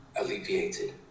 alleviated